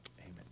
Amen